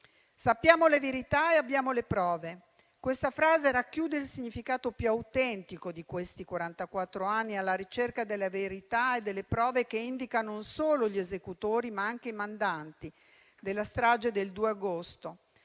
Sappiamo la verità e abbiamo le prove: questa frase racchiude il significato più autentico di questi quarantaquattro anni alla ricerca della verità e delle prove che indicano non solo gli esecutori, ma anche i mandanti della strage del 2 agosto.